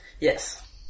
Yes